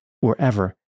wherever